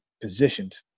positioned